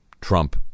Trump